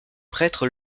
prêtre